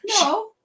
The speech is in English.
no